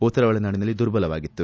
ಉತ್ತರ ಒಳನಾಡಿನಲ್ಲಿ ದುರ್ಬಲವಾಗಿತ್ತು